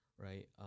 Right